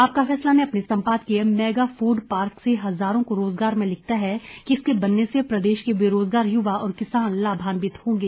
आपका फैसला ने अपने सम्पादकीय मेगा फूड पार्क से हजारों को रोजगार में लिखता है कि इसके बनने से प्रदेश के बेरोजगार युवा और किसान लाभांवित होंगे